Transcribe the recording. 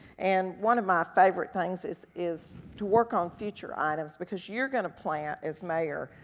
and one of my favorite things is is to work on future items because you're gonna plant as mayor,